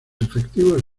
efectivos